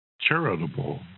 charitable